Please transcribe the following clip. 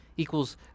equals